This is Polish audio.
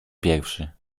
pierwszy